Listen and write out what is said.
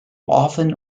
often